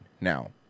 now